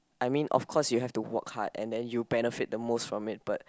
I mean of course you have to work hard and then you benefit the most from it but